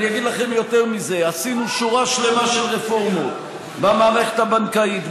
אני אגיד לכם יותר מזה: עשינו שורה שלמה של רפורמות במערכת הבנקאית,